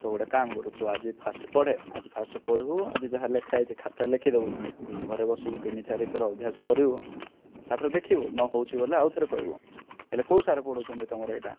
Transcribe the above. ତୁ ଗୋଟେ କାମକରିବୁ ତୁ ଆଜି ଫାଷ୍ଟ ପଢେ ଆଜି ଫାଷ୍ଟ ପଢ଼ିବୁ ଆଜି ଯାହା ଲେଖା ହୋଇଛି ଖାତାରେ ଲେଖିଦେବୁ ଘରେ ବସିକି ତିନି ଚାରିଥର ଅଭ୍ୟାସ କରିବୁ ତାପରେ ଦେଖିବୁ ନ ହେଉଛି ବୋଲେ ଆଉଥରେ କହିବୁ ହେଲେ କେଉଁ ସାର୍ ପଢ଼ଉଛନ୍ତି ତମର ଏଇଟା